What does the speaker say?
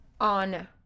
on